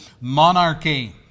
monarchy